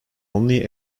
only